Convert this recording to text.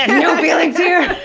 no feelings here!